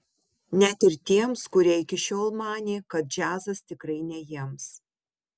net ir tiems kurie iki šiol manė kad džiazas tikrai ne jiems